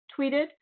tweeted